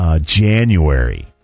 January